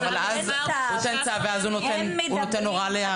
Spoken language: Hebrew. הוא ייתן צו ואז הוא נותן הוראה לערכת מסוכנות.